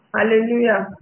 Hallelujah